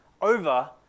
over